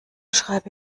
schreibe